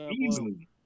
easily